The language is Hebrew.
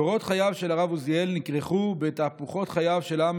קורות חייו של הרב עוזיאל נכרכו בתהפוכות חייו של העם